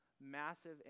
massive